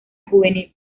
juvenil